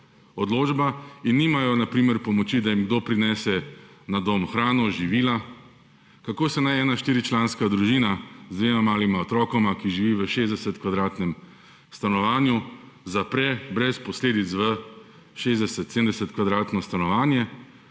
na primer pomoči, da jim kdo prinese na dom hrano, živila. Kako se naj ena štiričlanska družina z dvema malima otrokoma, ki živi v 60-kvadratnem stanovanju zapre brez posledic v 60, 70 kvadratnih metrov stanovanje